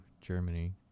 Germany